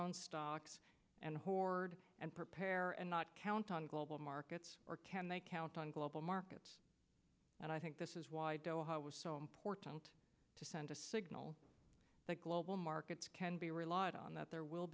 own stocks and hoard and prepare and not count on global markets or can they count on global markets and i think this is why doha was so important to send a signal that global markets can be relied on that there will